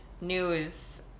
News